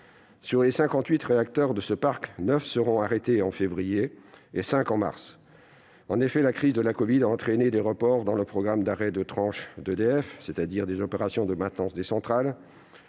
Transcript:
réacteurs de ce parc, neuf seront arrêtés en février et cinq le seront en mars prochain. En effet, la crise de la covid a entraîné des reports dans le programme d'arrêts de tranche d'EDF, c'est-à-dire des opérations de maintenance des centrales.